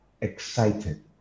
excited